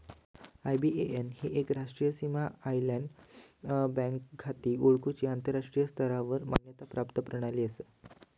IBAN ही एक राष्ट्रीय सीमा ओलांडान बँक खाती ओळखुची आंतराष्ट्रीय स्तरावर मान्यता प्राप्त प्रणाली असा